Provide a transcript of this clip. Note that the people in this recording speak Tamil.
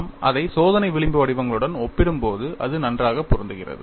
நாம் அதை சோதனை விளிம்பு வடிவங்களுடன் ஒப்பிடும்போது அது நன்றாக பொருந்துகிறது